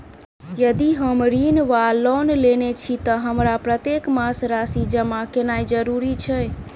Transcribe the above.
यदि हम ऋण वा लोन लेने छी तऽ हमरा प्रत्येक मास राशि जमा केनैय जरूरी छै?